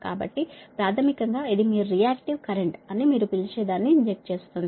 కాబట్టి ప్రాథమికంగా ఇది మీ రియాక్టివ్ కరెంట్ అని మీరు పిలిచేదాన్ని ఇంజెక్ట్ చేస్తుంది